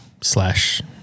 slash